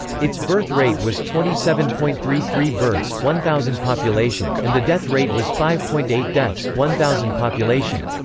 its birth rate was twenty seven point three three births one thousand population, and the death rate was five point eight deaths one thousand population.